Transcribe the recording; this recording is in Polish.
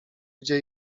gdzie